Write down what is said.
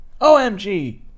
OMG